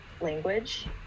language